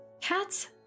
Cats